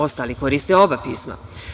Ostali koriste oba pisma.